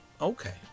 okay